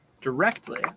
directly